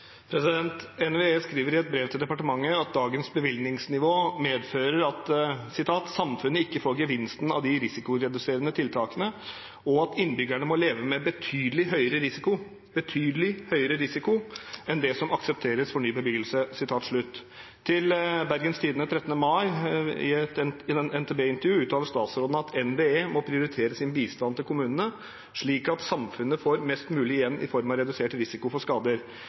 NVE skriver i et brev til departementet at dagens bevilgningsnivå medfører at samfunnet ikke får gevinsten av de risikoreduserende tiltakene, og at innbyggerne må leve med betydelig høyere risiko – betydelig høyere risiko – enn det som aksepteres for ny bebyggelse. I et NTB-intervju til Bergens Tidende den 13. mai uttalte statsråden: «NVE må prioritere sin bistand til kommunene slik at samfunnet får mest mulig igjen i form av redusert risiko for skader.